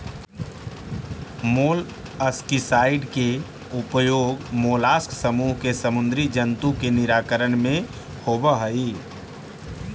molluscicide के उपयोग mollusc समूह के समुदी जन्तु के निराकरण में होवऽ हई